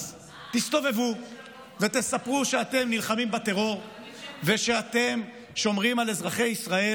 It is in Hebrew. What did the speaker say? אז תסתובבו ותספרו שאתם נלחמים בטרור ושאתם שומרים על אזרחי ישראל,